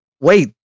wait